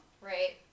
Right